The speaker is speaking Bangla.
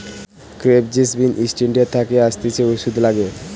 ক্রেপ জেসমিন ইস্ট ইন্ডিয়া থাকে আসতিছে ওষুধে লাগে